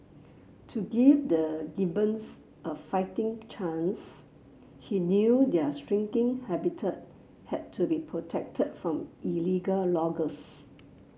to give the gibbons a fighting chance he knew their shrinking habitat had to be protected from illegal loggers